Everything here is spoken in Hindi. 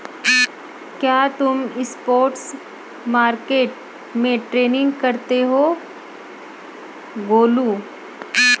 क्या तुम स्पॉट मार्केट में ट्रेडिंग करते हो गोलू?